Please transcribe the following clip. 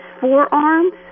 forearms